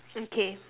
okay